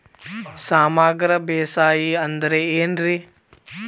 ಸಮಗ್ರ ಬೇಸಾಯ ಅಂದ್ರ ಏನ್ ರೇ?